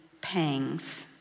pangs